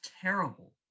terrible